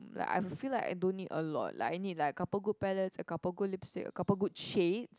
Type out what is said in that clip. like I feel like I don't need a lot like I need like a couple good palettes a couple good lipstick a couple good shade